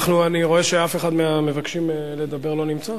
אני רואה שאף אחד מהמבקשים לדבר לא נמצא.